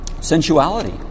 Sensuality